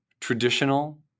traditional